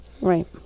Right